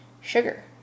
sugar